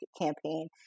campaign